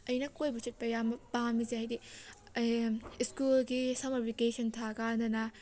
ꯑꯩꯅ ꯀꯣꯏꯕ ꯆꯠꯄ ꯌꯥꯃꯅ ꯄꯥꯝꯃꯤꯁꯦ ꯍꯥꯏꯕꯗꯤ ꯑꯩ ꯁ꯭ꯀꯨꯜꯒꯤ ꯁꯝꯃ꯭ꯔ ꯕꯦꯀꯦꯁꯟ ꯊꯥꯕꯀꯟꯗꯅ